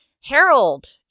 Harold